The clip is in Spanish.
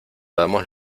damos